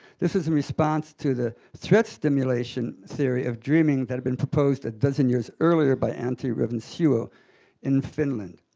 this is a response to the threat stimulation theory of dreaming that had been proposed a dozen years earlier by antti revonsuo in finland.